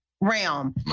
realm